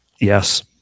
Yes